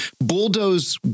bulldoze